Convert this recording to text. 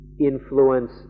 influence